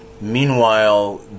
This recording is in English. Meanwhile